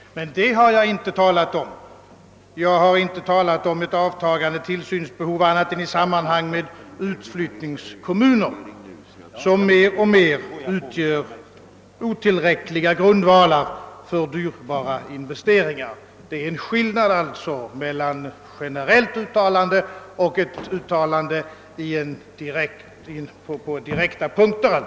Men det gjorde jag inte. Mitt uttalande gällde enbart utvecklingen i utflyttningskommuner. Dessa kommuner har en otillräcklig grundval för dyrbara investeringar. Märk skillnaden mellan ett generellt uttalande och mitt yttrande om ett speciellt fall.